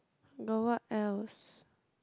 got what else